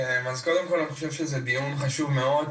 קודם כל אני חושב שזה דיון חשוב מאוד,